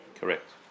Correct